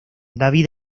david